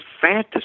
fantasy